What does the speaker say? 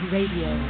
Radio